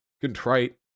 contrite